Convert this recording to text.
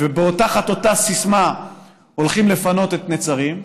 ותחת אותה סיסמה הולכים לפנות את נצרים.